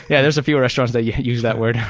yeah there's a few restaurants that yeah use that word.